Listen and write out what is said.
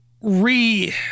re